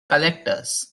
collectors